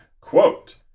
Quote